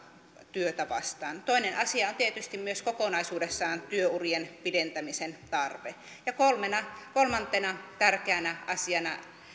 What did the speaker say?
työtä vastaan toinen asia on tietysti myös kokonaisuudessaan työurien pidentämisen tarve ja kolmantena tärkeänä asiana